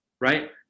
Right